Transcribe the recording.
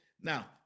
Now